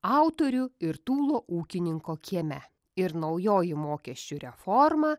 autorių ir tūlo ūkininko kieme ir naujoji mokesčių reforma